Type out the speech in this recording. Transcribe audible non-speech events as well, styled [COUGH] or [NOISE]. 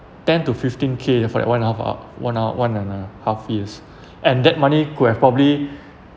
ten to fifteen k for that one half uh one ha~ one and a half years [BREATH] and that money could have probably